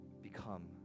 become